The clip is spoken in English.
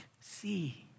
See